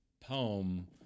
poem